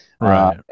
right